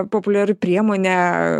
populiari priemonė